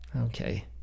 Okay